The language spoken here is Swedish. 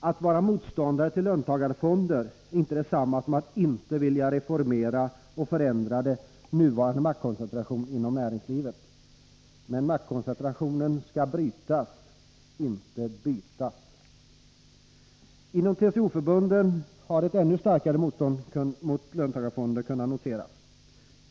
Att vara motståndare till löntagarfonder är inte detsamma som att inte vilja reformera och förändra nuvarande maktkoncentration inom näringslivet. Men maktkoncentrationen skall brytas — inte bytas. Inom TCO-förbunden har ett ännu starkare motstånd mot löntagarfonder kunnat noteras.